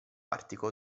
artico